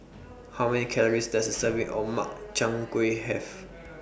How Many Calories Does A Serving of Makchang Gui Have